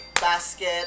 basket